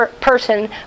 person